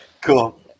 Cool